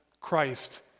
Christ